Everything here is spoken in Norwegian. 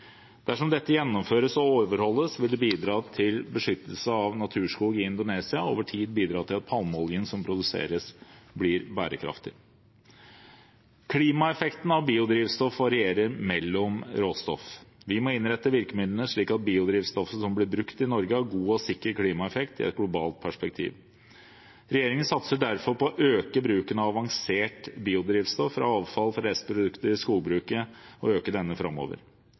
Dersom dette gjennomføres og overholdes, vil det bidra til beskyttelse av naturskog i Indonesia og over tid bidra til at palmeoljen som produseres, blir bærekraftig. Klimaeffekten av biodrivstoff varierer ut fra råstoff. Vi må innrette virkemidlene slik at biodrivstoffet som blir brukt i Norge, har en god og sikker klimaeffekt i et globalt perspektiv. Regjeringen satser derfor på å øke bruken av avansert biodrivstoff fra avfall og restprodukter fra skogbruket – og øke den framover.